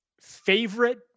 Favorite